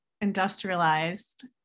industrialized